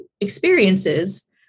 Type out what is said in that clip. experiences